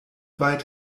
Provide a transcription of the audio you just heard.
weit